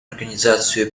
организацию